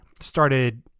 started